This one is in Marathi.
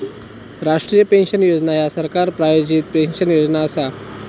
राष्ट्रीय पेन्शन योजना ह्या सरकार प्रायोजित पेन्शन योजना असा